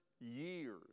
years